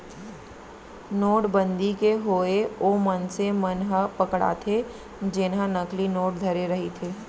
नोटबंदी के होय ओ मनसे मन ह पकड़ाथे जेनहा नकली नोट धरे रहिथे